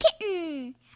kitten